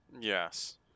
yes